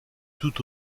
tout